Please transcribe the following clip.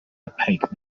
opaque